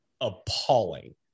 appalling